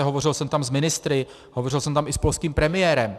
Hovořil jsem tam s ministry, hovořil jsem tam i s polským premiérem.